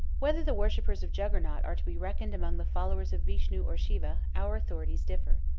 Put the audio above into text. whether the worshippers of juggernaut are to be reckoned among the followers of vishnu or siva, our authorities differ.